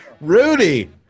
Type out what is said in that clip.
Rudy